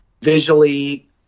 visually